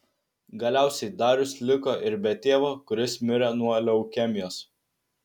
galiausiai darius liko ir be tėvo kuris mirė nuo leukemijos